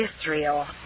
Israel